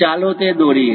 ચાલો તે દોરીએ